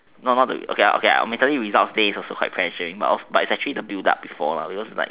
not not okay okay mentally results day also quite pressurizing it's actually the built up before lah because like